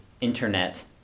internet